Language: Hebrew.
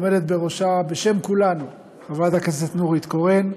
עומדת בראשה, בשם כולנו, חברת הכנסת נורית קורן,